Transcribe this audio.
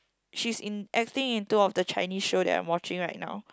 she's in acting in two of the Chinese show that I'm watching right now